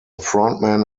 frontman